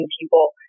people